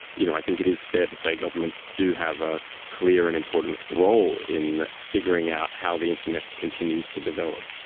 you know think it is fair to say governments do have a clear and important role in figuring out how the internet continues to develop.